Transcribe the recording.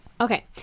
Okay